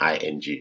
ING